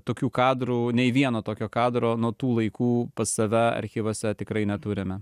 tokių kadrų nei vieno tokio kadro nu tų laikų pas save archyvuose tikrai neturime